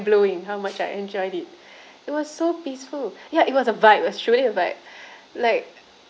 blowing how much I enjoyed it it was so peaceful ya it was a vibe it was truly a vibe